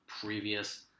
previous